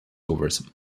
overs